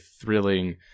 thrilling